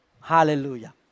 Hallelujah